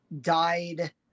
died